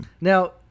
Now